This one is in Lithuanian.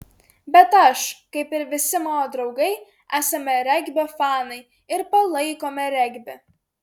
bet aš kaip ir visi mano draugai esame regbio fanai ir palaikome regbį